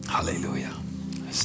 Hallelujah